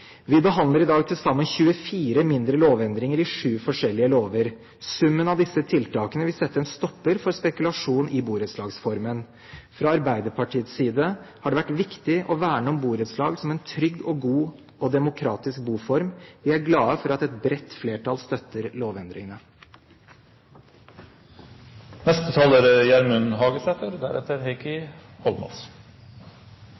Vi behandler i dag til sammen 24 mindre lovendringer i sju forskjellige lover. Summen av disse tiltakene vil sette en stopper for spekulasjon i borettslagsformen. Fra Arbeiderpartiets side har det vært viktig å verne om borettslag som en trygg, god og demokratisk boform. Vi er glade for at et bredt flertall støtter lovendringene. Denne saka er